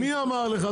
מי אמר לך?